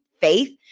faith